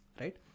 right